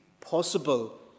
possible